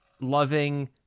loving